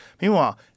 Meanwhile